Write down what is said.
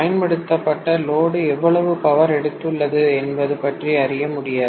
பயன்படுத்தப்பட்ட லோடு எவ்வளவு பவர் எடுத்துள்ளது என்பது பற்றி அறிய முடியாது